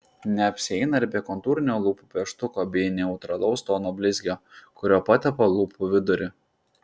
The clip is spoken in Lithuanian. neapsieina ir be kontūrinio lūpų pieštuko bei neutralaus tono blizgio kuriuo patepa lūpų vidurį